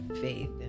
faith